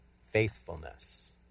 faithfulness